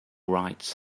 rights